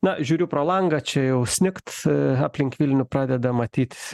na žiūriu pro langą čia jau snigt aplink vilnių pradeda matyt